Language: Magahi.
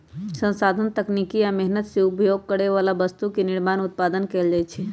संसाधन तकनीकी आ मेहनत से उपभोग करे बला वस्तु के निर्माण उत्पादन कएल जाइ छइ